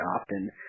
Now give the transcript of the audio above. often